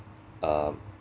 um